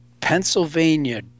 Pennsylvania